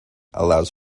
allows